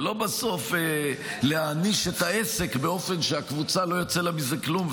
ולא בסוף להעניש את העסק באופן שלקבוצה לא יוצא מזה כלום,